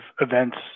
events